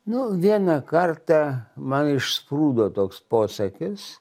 nu vieną kartą man išsprūdo toks posakis